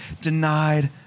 denied